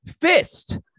Fist